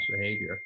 behavior